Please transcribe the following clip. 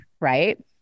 right